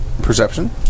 perception